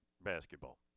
basketball